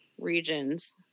regions